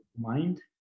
mind